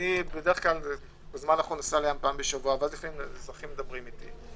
נוסע לים פעם בשבוע, ואזרחים מדברים איתי.